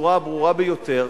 בצורה הברורה ביותר,